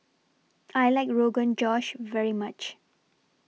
I like Rogan Josh very much